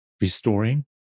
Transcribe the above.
restoring